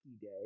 Day